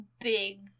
big